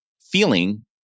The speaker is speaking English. feeling